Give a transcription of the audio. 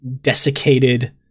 desiccated